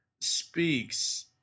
speaks